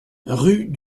rue